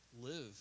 live